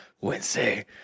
Wednesday